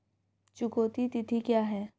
चुकौती तिथि क्या है?